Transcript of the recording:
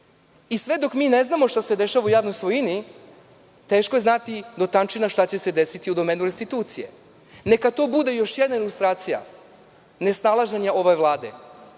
dok mi ne znamo šta se dešava u javnoj svojini, teško je znati do tančina šta će se desiti u domenu restitucije. Neka to bude još jedna ilustracija nesnalaženja ove Vlade.